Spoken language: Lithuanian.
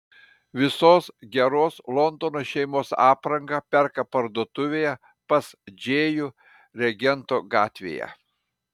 visos geros londono šeimos aprangą perka parduotuvėje pas džėjų regento gatvėje